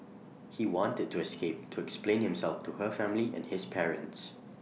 he wanted to escape to explain himself to her family and his parents